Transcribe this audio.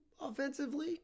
offensively